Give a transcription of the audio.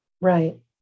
Right